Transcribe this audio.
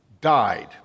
died